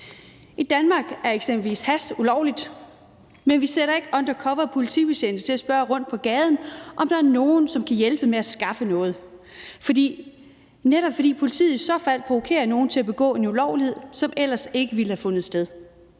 I Danmark er eksempelvis hash ulovligt, men vi sætter ikke undercoverpolitibetjente til at spørge rundt på gaden, om der er nogen, som kan hjælpe med at skaffe noget hash, netop fordi politiet i så fald provokerer nogen til at begå en ulovlighed, som ellers ikke ville have fundet sted.